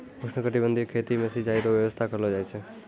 उष्णकटिबंधीय खेती मे सिचाई रो व्यवस्था करलो जाय छै